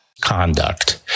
Conduct